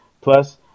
plus